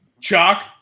Chalk